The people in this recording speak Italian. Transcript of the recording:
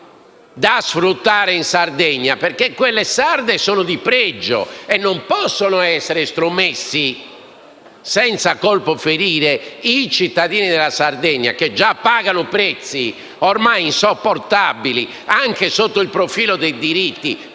da sfruttare in Sardegna, perché quelle sarde sono di pregio. Non possono quindi essere estromessi senza colpo ferire i cittadini della Sardegna, che già pagano prezzi ormai insopportabili anche sotto il profilo dei diritti